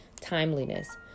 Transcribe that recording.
timeliness